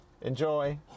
enjoy